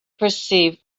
perceived